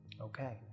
Okay